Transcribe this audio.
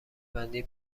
بندی